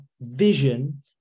vision